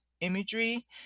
imagery